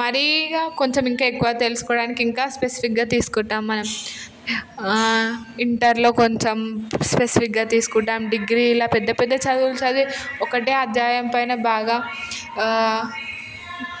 మరి ఇక కొంచెం ఇంకా ఎక్కువ తెలుసుకోవడానికి ఇంకా స్పెసిఫిక్గా తీసుకుంటాము మనం ఇంటర్లో కొంచెం స్పెసిఫిక్గా తీసుకుంటాము డిగ్రీ ఇలా పెద్ద పెద్ద చదువులు చదివి ఒకటే అధ్యాయం పైన బాగా